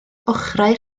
ochrau